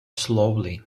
slowly